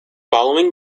following